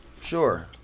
Sure